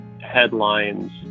headlines